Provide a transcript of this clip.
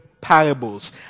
parables